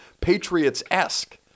Patriots-esque